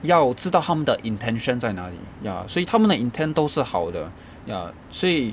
要知道他们的 intention 在哪里 ya 所以他们的 intent 都是好的 ya 所以